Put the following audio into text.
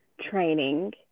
training